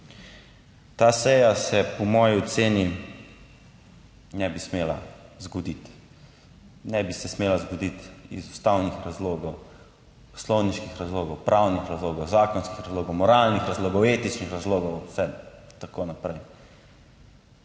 Ta seja se, po moji oceni, ne bi smela zgoditi, ne bi se smela zgoditi iz ustavnih razlogov, poslovniških razlogov, pravnih razlogov, zakonskih razlogov, moralnih razlogov, etičnih razlogov, vse, tako naprej.